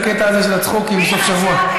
לקטע של הצחוקים בסוף שבוע,